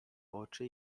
oczy